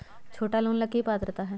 छोटा लोन ला की पात्रता है?